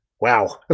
wow